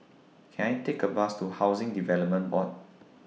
Can I Take A Bus to Housing Development Board